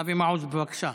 אבי מעוז, בבקשה.